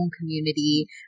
community